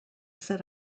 set